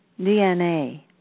DNA